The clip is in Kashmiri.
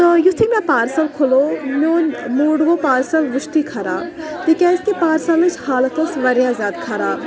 تہٕ یُتھُے مےٚ پارسَل کھُلو میون موٗڈ ووٚں پارسَل وُشتٕے خراب تِکیٛازِ تہِ پارسَلٕچ حالت ٲس واریاہ زیادٕ خراب